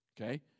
Okay